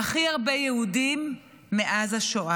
הכי הרבה יהודים, מאז השואה.